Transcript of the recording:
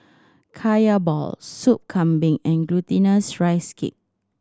Kaya balls Sop Kambing and Glutinous Rice Cake